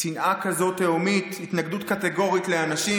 שנאה כזאת תהומית, התנגדות קטגורית לאנשים.